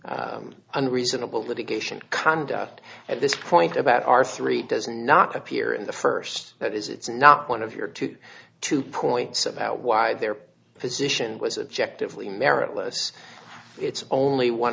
and reasonable litigation conduct at this point about are three does not appear in the first that is it's not one of your two two points about why their position was objective lee meritless it's only one